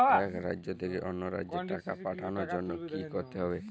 এক রাজ্য থেকে অন্য রাজ্যে টাকা পাঠানোর জন্য কী করতে হবে?